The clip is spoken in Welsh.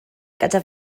gyda